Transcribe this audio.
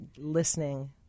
listening